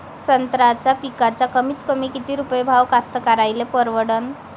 संत्र्याचा पिकाचा कमीतकमी किती रुपये भाव कास्तकाराइले परवडन?